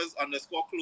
underscore